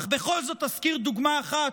אך בכל זאת אזכיר דוגמה אחת,